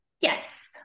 yes